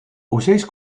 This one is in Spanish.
usáis